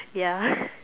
ya